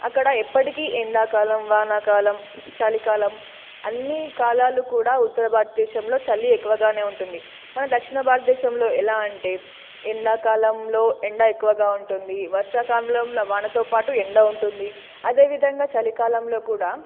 అక్కడ ఎప్పటికీ ఎండాకాలం వానాకాలం చలికాలం అన్ని కాలాలు కూడా ఉత్తర భారతదేశంలో చలి ఎక్కువగానే ఉంటుంది మన దక్షిణ భారతదేశంలో ఎలా అంటే ఎండాకాలంలో ఎండ ఎక్కువగా ఉంటుంది వర్షాకాలంలో వాళ్లతో పాటు ఎండ ఉంటుంది అదేవిధంగా చలికాలంలో కూడా